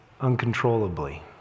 uncontrollably